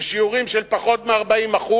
בשיעורים של פחות מ-40%,